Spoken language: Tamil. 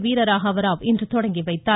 வீரராகவராவ் இன்று துவக்கிவைத்தார்